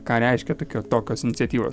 ką reiškia tokio tokios iniciatyvos